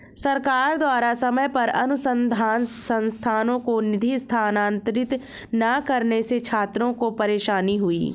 सरकार द्वारा समय पर अनुसन्धान संस्थानों को निधि स्थानांतरित न करने से छात्रों को परेशानी हुई